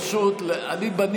אפשר פעם אחת.